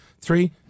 three